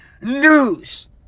news